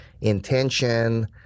intention